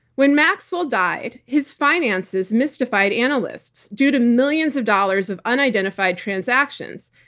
when maxwell died, his finances mystified analysts due to millions of dollars of unidentified transactions.